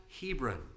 Hebron